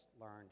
learned